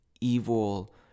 evil